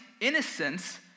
innocence